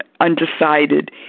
undecided